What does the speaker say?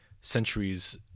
centuries